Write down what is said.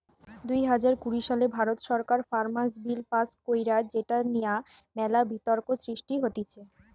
দুই হাজার কুড়ি সালে ভারত সরকার ফার্মার্স বিল পাস্ কইরে যেটা নিয়ে মেলা বিতর্ক সৃষ্টি হতিছে